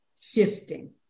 shifting